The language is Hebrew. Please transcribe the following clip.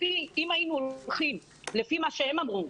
אם היינו הולכים לפי מה שהם אמרו,